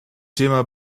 thema